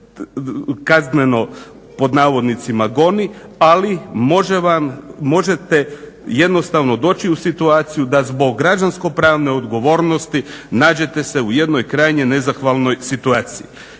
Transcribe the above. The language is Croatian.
"kazneno" goni ali možete jednostavno doći u situaciju da zbog građanskopravne odgovornosti nađete se u jednoj krajnje nezahvalnoj situaciji.